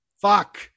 Fuck